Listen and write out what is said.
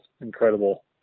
incredible